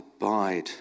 abide